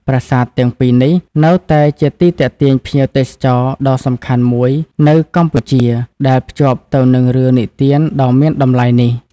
ប្រាសាទទាំងពីរនេះនៅតែជាទីទាក់ទាញភ្ញៀវទេសចរណ៍ដ៏សំខាន់មួយនៅកម្ពុជា ដែលភ្ជាប់ទៅនឹងរឿងនិទានដ៏មានតម្លៃនេះ។